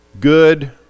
good